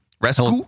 rescue